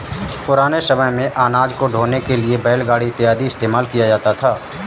पुराने समय मेंअनाज को ढोने के लिए बैलगाड़ी इत्यादि का इस्तेमाल किया जाता था